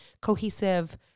cohesive